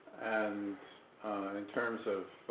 and in terms of